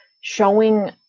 showing